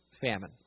famine